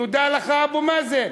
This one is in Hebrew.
תודה לך, אבו מאזן.